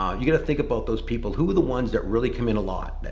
um you got to think about those people who are the ones that really come in a lot,